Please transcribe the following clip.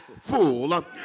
fool